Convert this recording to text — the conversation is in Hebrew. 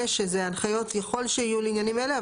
שזה ההנחיות יכול שיהיו לעניינים אלה.